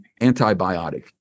antibiotic